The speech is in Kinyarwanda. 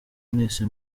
mwese